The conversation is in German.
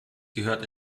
gehört